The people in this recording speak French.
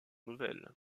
nouvelle